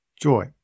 joy